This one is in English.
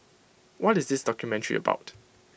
what is this documentary about